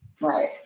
Right